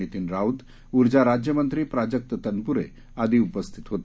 नितीन राऊत ऊर्जा राज्यमंत्री प्राजक्त तनपूरे आदी उपस्थित होते